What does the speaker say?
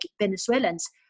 Venezuelans